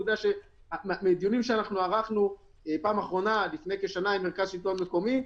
אני יודע מדיונים שערכנו בפעם האחרונה לפני כשנה עם מרכז שלטון מקומי,